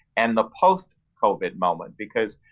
and the post covid moment because,